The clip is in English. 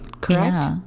Correct